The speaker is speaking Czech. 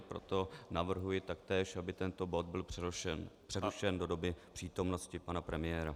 Proto navrhuji taktéž, aby tento bod byl přerušen do doby přítomnosti pana premiéra.